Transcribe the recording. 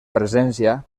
presència